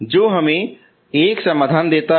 जो हमें 1 समाधान देता है